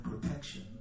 protection